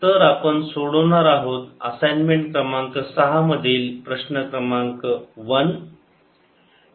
तर आपण सोडवणार आहोत असाइनमेंट क्रमांक सहा मधील प्रश्न क्रमांक 1